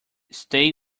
stay